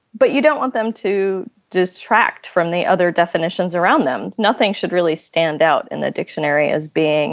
but you don't want them to detract from the other definitions around them. nothing should really stand out in the dictionary as being